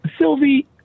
Sylvie